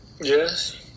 Yes